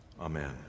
Amen